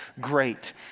great